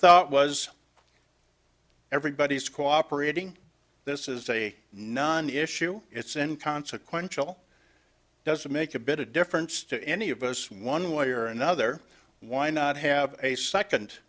thought was everybody's cooperating this is a non issue it's an consequential doesn't make a bit of difference to any of us one way or another why not have a second